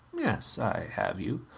yes. i have you.